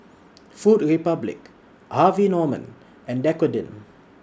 Food Republic Harvey Norman and Dequadin